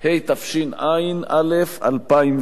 התשע"א 2010,